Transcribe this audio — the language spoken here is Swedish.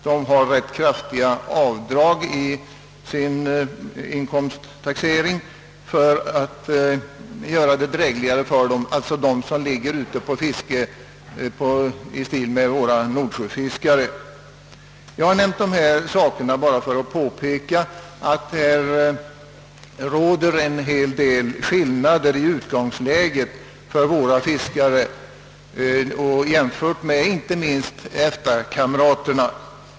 De som ligger ute på fiske i likhet med våra nordsjöfiskare får göra ganska kraftiga avdrag i sin inkomsttaxering för att deras villkor skall bli drägligare. Jag har nämnt dessa olika förhållanden för att påpeka att skillnaderna i utgångsläget är stora mellan våra fiskare och deras kamrater i övriga EFTA länder.